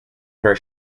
her